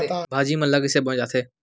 भाजी मन ला कइसे बोए जाथे?